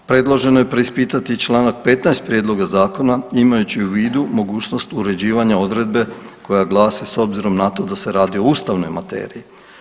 Predloženo je preispitati čl. 15 Prijedloga zakona imajući u vidu mogućnost uređivanja odredbe koja glasi s obzirom na to da se radi o ustavnoj materiji.